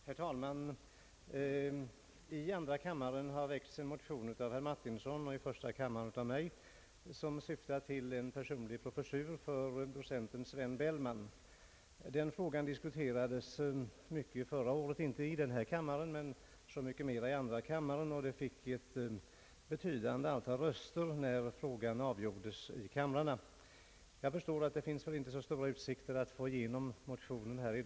Herr talman! I andra kammaren har väckts en motion av herr Martinsson och i första kammaren en motion av mig som syftar till en personlig professur för docenten Sven Bellman. Denna fråga diskuterades mycket förra året, inte i denna kammare men så mycket mera i andra kammaren. När frågan behandlades i andra kammaren fick motionerna ett betydande antal röster. Jag förstår att det inte finns så stora utsikter att i dag få igenom motionerna.